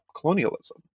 colonialism